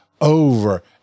over